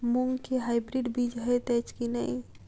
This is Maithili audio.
मूँग केँ हाइब्रिड बीज हएत अछि की नै?